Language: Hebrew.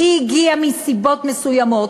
הוא הגיע מסיבות מסוימות,